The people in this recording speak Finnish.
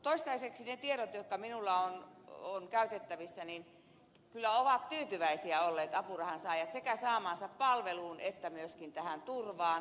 toistaiseksi niiden tietojen mukaan jotka minulla on käytettävissä kyllä ovat tyytyväisiä olleet apurahansaajat sekä saamaansa palveluun että myöskin tähän turvaan